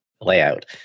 layout